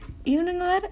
இவனுங்க வேற:ivanunga vera